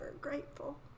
grateful